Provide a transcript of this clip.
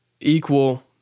equal